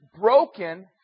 broken